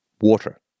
water